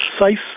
precise